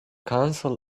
council